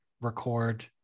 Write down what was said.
record